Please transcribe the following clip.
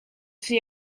see